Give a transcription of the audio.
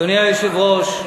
אדוני היושב-ראש,